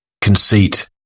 conceit